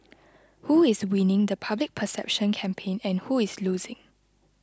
who is winning the public perception campaign and who is losing